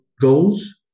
goals